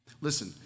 Listen